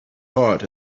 hot